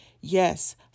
Yes